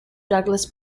douglas